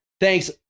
Thanks